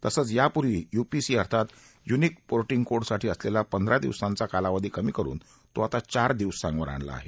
तसंच यापूर्वी यूपीसी अर्थात युनिक पोटिंग कोडसाठी असलेला पंधरा दिवसाचा कालावधी कमी करून तो चार दिवसांवर आणला आहे